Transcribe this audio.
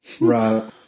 Right